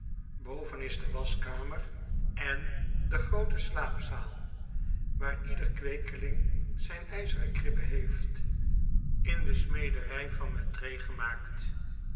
boven is de waschkamer en de groote slaapzaal waar ieder kweekeling zijn ijzeren kribbe heeft in de smederij van mettray gemaakt